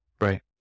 Right